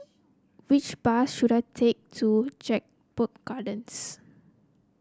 which bus should I take to Jedburgh Gardens